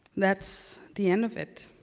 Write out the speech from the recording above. that's the end of it.